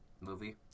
Movie